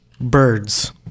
birds